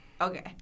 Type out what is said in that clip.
Okay